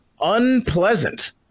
unpleasant